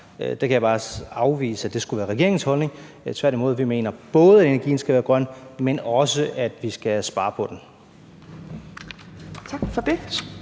Jeg kan bare afvise, at det skulle være regeringens holdning, tværtimod. Vi mener, at energien både skal være grøn, men også at vi skal spare på den.